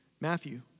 Matthew